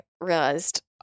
realized